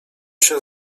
się